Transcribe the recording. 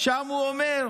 שם הוא אומר: